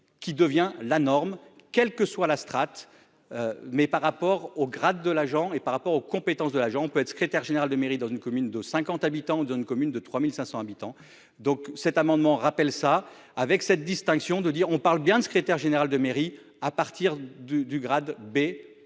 qui devient la norme. Quelle que soit la strate. Mais par rapport au grade de l'agent et par rapport aux compétences de l'agent peut être secrétaire général de mairie dans une commune de 50 habitants d'une commune de 3500 habitants. Donc cet amendement rappelle ça avec cette distinction de dire on parle bien de secrétaire général de mairie à partir du du grade B